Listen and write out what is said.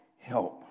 help